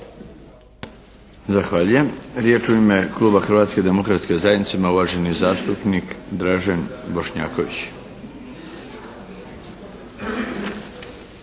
Zahvaljujem. Riječ u ime kluba Hrvatske demokratske zajednice ima uvaženi zastupnik Dražen Bošnjaković.